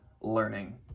learning